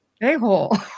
a-hole